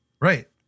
Right